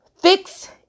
fix